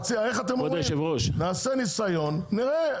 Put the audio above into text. נעשה ניסיון ונראה.